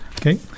Okay